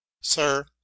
Sir